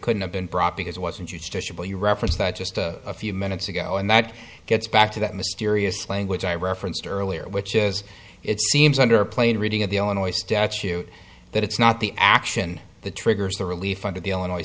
couldn't have been brought because it wasn't used to show you reference that just a few minutes ago and that gets back to that mysterious language i referenced earlier which is it seems under plain reading of the illinois statute that it's not the action the triggers the relief under the illinois